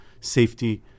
safety